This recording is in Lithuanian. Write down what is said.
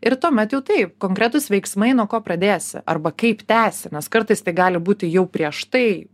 ir tuomet jau taip konkretūs veiksmai nuo ko pradėsi arba kaip tęsi nes kartais tai gali būti jau prieš tai